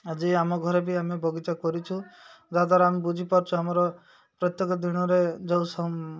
ଆଜି ଆମ ଘରେ ବି ଆମେ ବଗିଚା କରିଛୁ ଯାହା ଦ୍ୱାରା ଆମେ ବୁଝିପାରୁଛୁ ଆମର ପ୍ରତ୍ୟେକ ଦିନରେ ଯେଉଁ